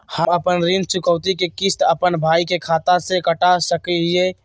हम अपन ऋण चुकौती के किस्त, अपन भाई के खाता से कटा सकई हियई?